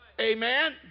amen